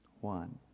one